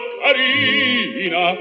carina